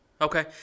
Okay